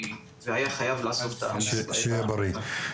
שיהיה בריא.